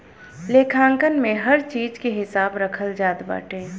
लेखांकन में हर चीज के हिसाब रखल जात बाटे